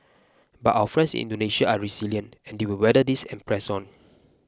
but our friends Indonesia are resilient and they will weather this and press on